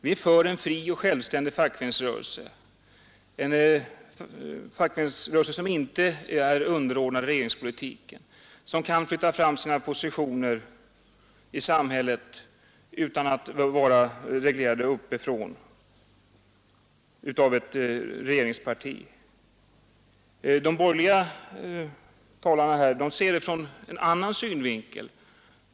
Vi är för en fri och självständig fackföreningsrörelse, som inte är underordnad regeringspolitiken och som kan flytta fram sina positioner i samhället utan att vara reglerad uppifrån av ett regeringsparti. De borgerliga talarna ser kollektivanslutningen ur en annan synvinkel.